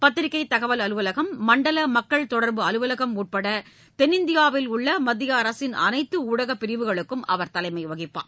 பத்திரிக்கை தகவல் அலுவலகம் மண்டல மக்கள் தொடர்பு அலுவலகம் உட்பட தென்னிந்தியாவில் உள்ள மத்திய அரசின் அனைத்து ஊடக பிரிவுகளுக்கும் அவர் தலைமை வகிப்பார்